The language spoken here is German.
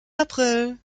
april